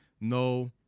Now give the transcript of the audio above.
no